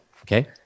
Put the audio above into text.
Okay